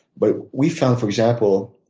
but we've found, for example,